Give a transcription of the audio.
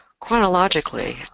chronologically,